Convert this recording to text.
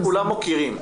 כולם מוקירים.